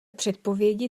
předpovědi